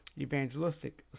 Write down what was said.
Evangelistic